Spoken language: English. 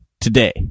today